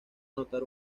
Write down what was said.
anotar